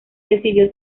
decidió